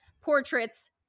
portraits